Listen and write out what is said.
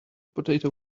potato